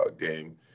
game